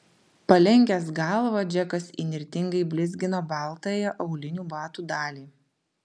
palenkęs galvą džekas įnirtingai blizgino baltąją aulinių batų dalį